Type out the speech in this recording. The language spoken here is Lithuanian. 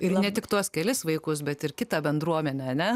ir ne tik tuos kelis vaikus bet ir kitą bendruomenę ane